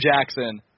Jackson